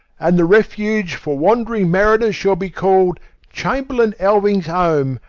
and the refuge for wandering mariners shall be called chamberlain alving's home,